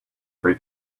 free